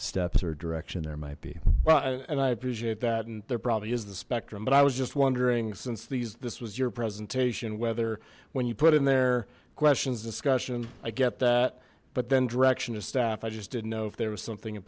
steps or direction there might be well and i appreciate that and there probably is the spectrum but i was just wondering since these this was your presentation whether when you put in there questions discussion i get that but then direction of staff i just didn't know if there was something in